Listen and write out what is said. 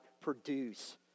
produce